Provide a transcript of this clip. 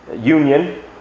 union